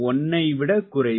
1 ஐ விடக் குறைவு